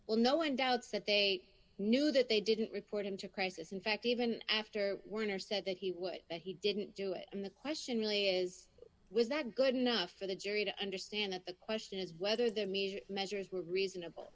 well no one doubts that they knew that they didn't report him to a crisis in fact even after we're in or said that he would but he didn't do it and the question really is was that good enough for the jury to understand that the question is whether their music measures were reasonable